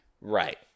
Right